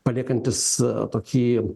paliekantis tokį